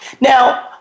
Now